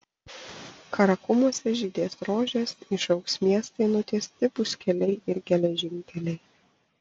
karakumuose žydės rožės išaugs miestai nutiesti bus keliai ir geležinkeliai